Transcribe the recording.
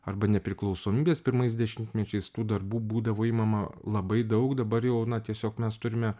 arba nepriklausomybės pirmais dešimtmečiais tų darbų būdavo imama labai daug dabar jau na tiesiog mes turime